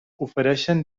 ofereixen